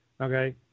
Okay